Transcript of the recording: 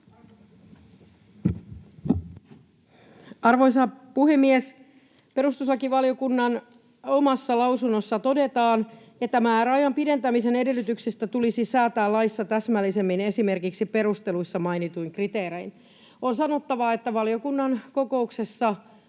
Arvoisa puhemies! Perustuslakivaliokunnan omassa lausunnossa todetaan, että määräajan pidentämisen edellytyksistä tulisi säätää laissa täsmällisemmin esimerkiksi perusteluissa mainituin kriteerein. On sanottava, että valiokunnan kokouksessa